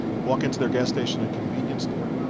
walk into their gas station and convenience store,